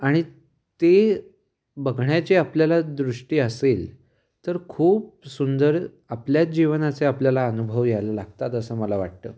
आणि ते बघण्याची आपल्याला दृष्टी असेल तर खूप सुंदर आपल्याच जीवनाचे आपल्याला अनुभव यायला लागतात असं मला वाटतं